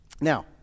Now